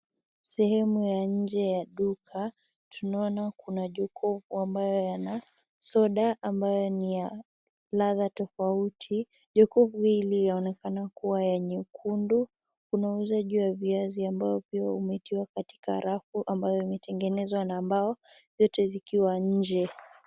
Sehemu ya nje ya duka, tunaona kuna jokovu ambayo yana soda ambayo ni ya ladha tofauti. Jokovu hili yaonekana kuwa ya nyekundu. Kuna uuzaji wa viazi ambao pia umetiwa katika rafu ambayo imetengenezwa na mbao vyote zikiwa nje.